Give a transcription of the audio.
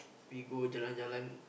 we go jalan jalan